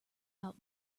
about